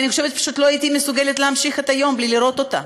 אני פשוט לא הייתי מסוגלת להמשיך את היום בלי לראות אותה.